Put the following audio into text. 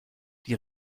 die